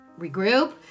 regroup